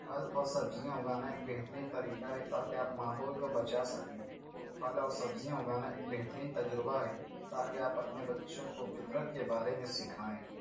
پھل اور سبزیاں اگانا ایک بہترین طریقہ ہے تاکہ آپ ماحول کو بچا سکیں پھل اور سبزیاں اگانا ایک بہترین تجربہ ہے تاکہ آپ اپنے بچوں کو فطرت کے بارے میں سکھائیں